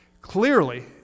Clearly